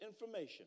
information